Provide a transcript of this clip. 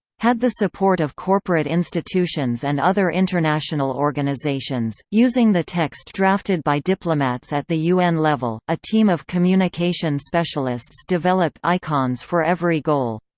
had the support of corporate institutions and other international organizations using the text drafted by diplomats at the un level, a team of communication specialists developed icons for every goal.